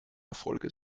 erfolge